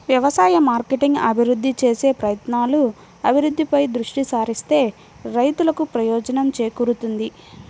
వ్యవసాయ మార్కెటింగ్ అభివృద్ధి చేసే ప్రయత్నాలు, అభివృద్ధిపై దృష్టి సారిస్తే రైతులకు ప్రయోజనం చేకూరుతుంది